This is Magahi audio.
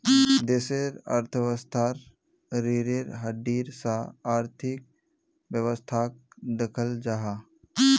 देशेर अर्थवैवास्थार रिढ़ेर हड्डीर सा आर्थिक वैवास्थाक दख़ल जाहा